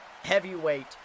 Heavyweight